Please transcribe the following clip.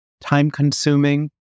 time-consuming